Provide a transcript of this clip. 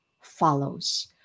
follows